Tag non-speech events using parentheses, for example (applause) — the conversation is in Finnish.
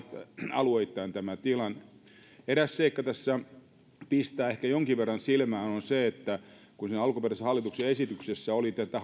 alueittain eräs seikka tässä pistää ehkä jonkin verran silmään ja se on se että kun siinä alkuperäisessä hallituksen esityksessä oli tätä (unintelligible)